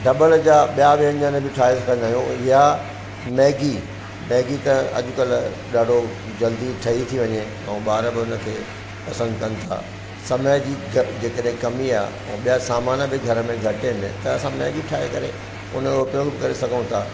ढॿल जा ॿिया व्यंजन बि ठाहे सघंदा आहियूं या मैगी मैगी त अॼुकल्ह ॾाढो जल्दी ठई थी वञे ऐं ॿार बि उन खे पसंदि कनि था समय जी क जेकॾैं कमी आ ऐं ॿिया सामान बि घर में घटि आहिनि त असां मैगी ठाहे करे उन यो उपयोग बि करे सघूं था